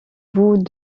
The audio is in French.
bout